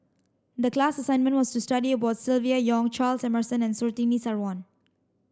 the class assignment was to study about Silvia Yong Charles Emmerson and Surtini Sarwan